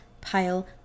pile